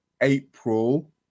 April